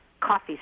Coffee